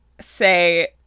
say